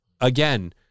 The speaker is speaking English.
again